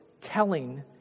telling